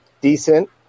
decent